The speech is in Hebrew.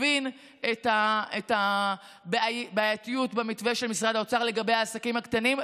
הבין את הבעייתיות במתווה של משרד האוצר לגבי העסקים הקטנים,